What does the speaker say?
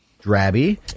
drabby